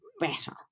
better